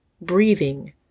breathing